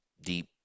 deep